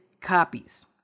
copies